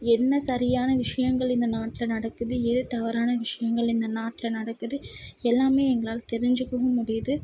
என்ன சரியான விஷயங்கள் இந்த நாட்டில் நடக்குது எது தவறான விஷயங்கள் இந்த நாட்டில் நடக்குது எல்லாமே எங்களால் தெரிஞ்சுக்கவும் முடியுது